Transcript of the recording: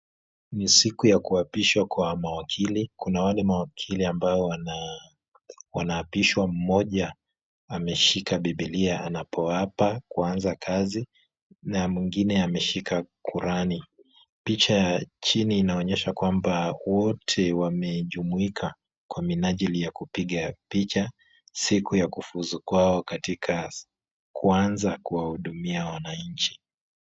Ni siku ya kuwapishwa kwa mawakili, kuna wale mawakili ambao wanaapishwa. Mmoja ameshika bibilia anapoapa kuanza kazi, na mwingine ameshika Qurani. Picha ya chini inaonyesha kwamba wote wamejumuika kwa minajili ya kupiga picha siku ya kufuzu kwao katika kuanza kuwahudumia wananchi.